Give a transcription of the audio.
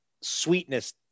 sweetness